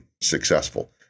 successful